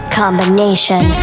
combination